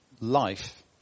life